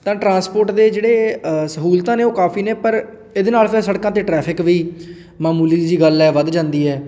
ਤਾਂ ਟਰਾਂਸਪੋਰਟ ਦੇ ਜਿਹੜੇ ਸਹੂਲਤਾਂ ਨੇ ਉਹ ਕਾਫੀ ਨੇ ਪਰ ਇਹਦੇ ਨਾਲ ਫਿਰ ਸੜਕਾਂ 'ਤੇ ਟਰੈਫਿਕ ਵੀ ਮਾਮੂਲੀ ਜਿਹੀ ਗੱਲ ਹੈ ਵੱਧ ਜਾਂਦੀ ਹੈ